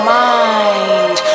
mind